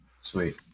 Sweet